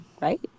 right